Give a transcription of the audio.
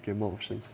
get more options